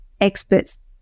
experts